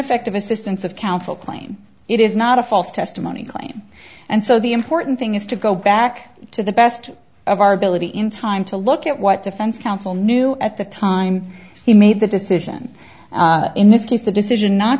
ineffective assistance of counsel claim it is not a false testimony claim and so the important thing is to go back to the best of our ability in time to look at what defense counsel knew at the time he made the decision in this case the decision not